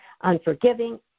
unforgiving